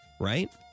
right